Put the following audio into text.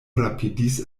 rapidis